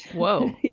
whoa